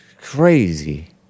crazy